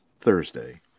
thursday